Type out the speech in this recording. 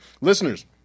listeners